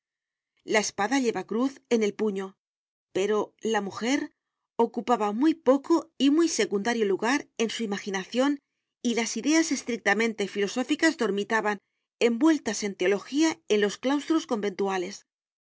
la guerrerala espada lleva cruz en el puño pero la mujer ocupaba muy poco y muy secundario lugar en su imaginación y las ideas estrictamente filosóficas dormitaban envueltas en teología en los claustros conventuales lo erótico y